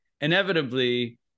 inevitably